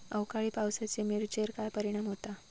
अवकाळी पावसाचे मिरचेर काय परिणाम होता?